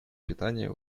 питания